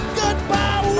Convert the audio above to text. goodbye